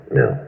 no